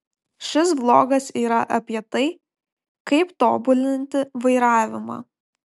šis vlogas yra apie tai kaip tobulinti vairavimą